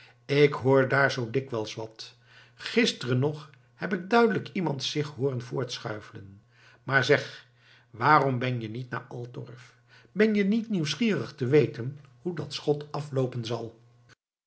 ik hoor daar zoo dikwijls wat gisteren nog heb ik er duidelijk iemand zich hooren voortschuifelen maar zeg waarom ben je niet naar altorf ben je niet nieuwsgierig te weten hoe dat schot afloopen zal